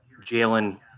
Jalen